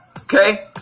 Okay